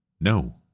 No